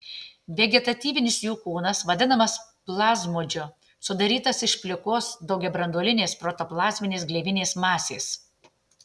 vegetatyvinis jų kūnas vadinamas plazmodžiu sudarytas iš plikos daugiabranduolės protoplazminės gleivinės masės